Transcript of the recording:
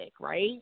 right